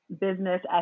business